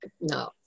no